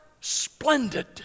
splendid